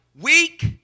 Weak